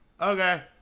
Okay